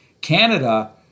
Canada